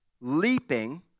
leaping